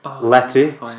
Letty